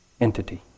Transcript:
entity